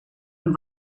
and